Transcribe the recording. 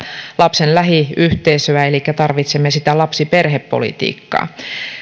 lapsen lähiyhteisöä elikkä tarvitsemme sitä lapsiperhepolitiikkaa